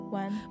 one